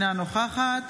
אינה נוכחת